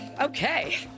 Okay